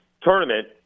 tournament